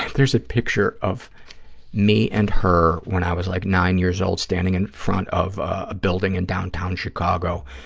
there's a picture of me and her when i was like nine years old standing in front of a building in downtown chicago,